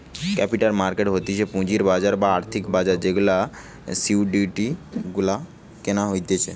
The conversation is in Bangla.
ক্যাপিটাল মার্কেট হতিছে পুঁজির বাজার বা আর্থিক বাজার যেখানে সিকিউরিটি গুলা কেনা হতিছে